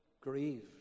grieved